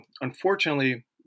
unfortunately